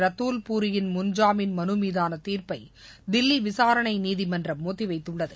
ரத்தூல் பூரியின் முன் ஜாமீன் மனு மீதான தீர்ப்பை தில்லி விசாரணை நீதிமன்றம் ஒத்தி வைத்துள்ளது